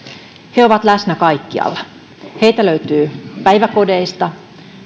he ovat läsnä kaikkialla heitä löytyy päiväkodeista